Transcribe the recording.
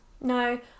No